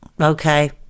Okay